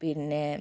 പിന്നേ